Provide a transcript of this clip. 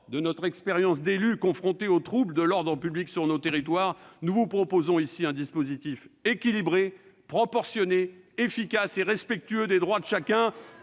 de notre expérience d'élus confrontés aux troubles de l'ordre public sur nos territoires, nous vous proposons ici un dispositif équilibré, proportionné, efficace et respectueux des droits de chacun